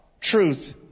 Truth